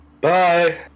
bye